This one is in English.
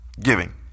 Giving